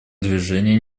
движения